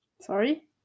Sorry